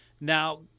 Now